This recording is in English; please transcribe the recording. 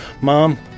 Mom